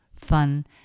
fun